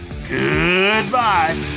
Goodbye